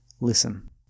Listen